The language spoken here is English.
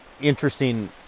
interesting